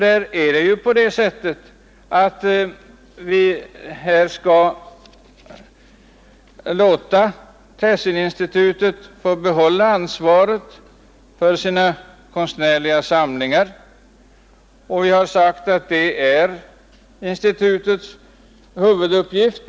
Där är det så att Tessininstitutet skall behålla ansvaret för sina konstnärliga samlingar; vi har sagt att det är institutets huvuduppgift.